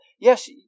Yes